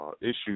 issues